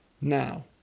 Now